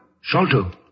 Sholto